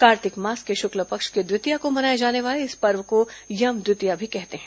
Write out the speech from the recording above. कार्तिक मास के शुक्ल पक्ष की द्वितीया को मनाए जाने वाले इस पर्व को यम द्वितीया भी कहते हैं